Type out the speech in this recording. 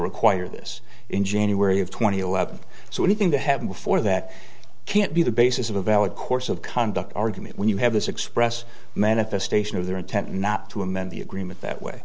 require this in january of two thousand and eleven so anything to happen before that can't be the basis of a valid course of conduct argument when you have this express manifestation of their intent not to amend the agreement that way